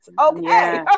okay